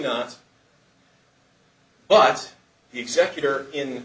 not but the executor in